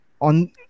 on